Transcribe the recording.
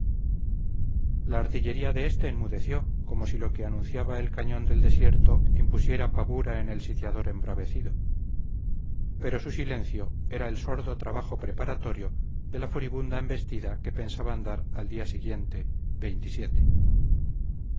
la artillería de este enmudeció como si lo que anunciaba el cañón del desierto impusiera pavura en el sitiador embravecido pero su silencio era el sordo trabajo preparatorio de la furibunda embestida que pensaban dar al día siguiente